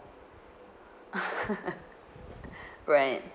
right